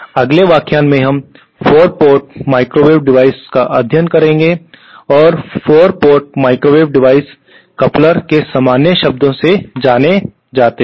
अगले व्याख्यान में हम 4 पोर्ट माइक्रोवेव डिवाइसेस का अध्ययन करेंगे और 4 पोर्ट माइक्रोवेव डिवाइस कॉपलेर के सामान्य शब्द से जाने जाते हैं